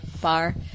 bar